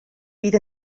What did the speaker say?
fydd